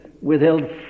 withheld